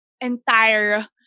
entire